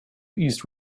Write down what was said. east